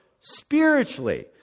spiritually